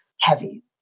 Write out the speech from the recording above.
heavy